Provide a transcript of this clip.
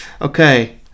Okay